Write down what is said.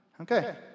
Okay